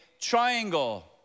triangle